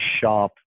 shop